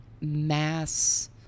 mass